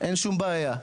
אין שום בעיה,